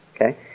Okay